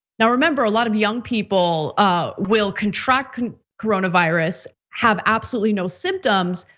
now remember a lot of young people will contract coronavirus have absolutely no symptoms,